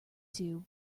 too